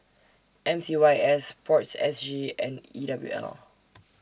M C Y S Sports S G and E W L